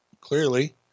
Clearly